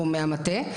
מהמטה,